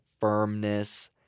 firmness